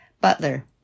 Butler